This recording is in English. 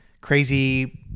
crazy –